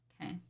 Okay